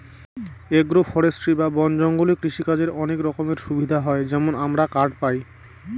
agro forestry বা বন জঙ্গলে কৃষিকাজের অনেক রকমের সুবিধা হয় যেমন আমরা কাঠ পায়